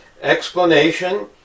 explanation